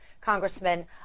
congressman